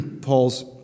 Paul's